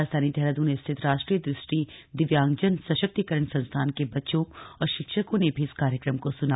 राजधानी देहरादून स्थित राष्ट्रीय दृष्टि दिव्यांगजन सशक्तिकरण संस्थान के बच्चों और शिक्षकों ने भी इस कार्यक्रम को सुना